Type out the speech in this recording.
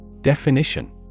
Definition